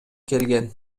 келген